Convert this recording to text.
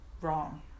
wrong